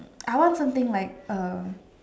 I want something like uh